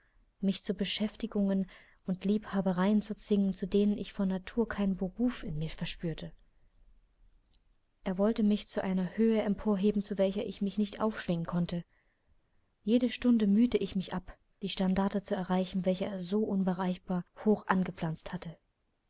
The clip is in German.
mich zu beschäftigungen und liebhabereien zwingen zu denen ich von natur keinen beruf in mir verspürte er wollte mich zu einer höhe emporheben zu welcher ich mich nicht aufschwingen konnte jede stunde mühte ich mich ab die standarte zu erreichen welche er so unerreichbar hoch aufgepflanzt hatte